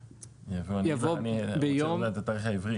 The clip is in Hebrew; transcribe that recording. בוועדה,